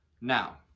Now